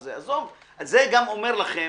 זה גם אומר לכם